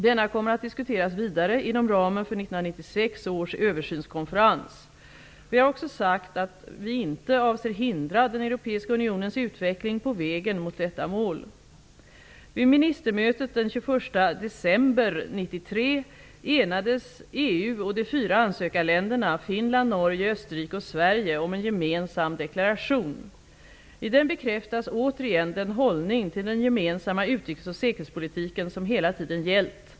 Denna kommer att diskuteras vidare inom ramen för 1996 års översynskonferens. Vi har också sagt att vi inte avser hindra den Europeiska unionens utveckling på vägen mot detta mål. Österrike och Sverige, om en gemensam deklaration. I den bekräftas återigen den hållning till den gemensamma utrikes och säkerhetspolitiken som hela tiden gällt.